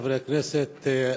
חברי הכנסת,